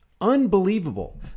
unbelievable